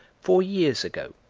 four years ago,